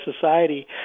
society